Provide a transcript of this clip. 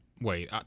Wait